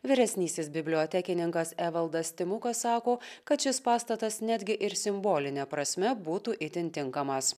vyresnysis bibliotekininkas evaldas timukas sako kad šis pastatas netgi ir simboline prasme būtų itin tinkamas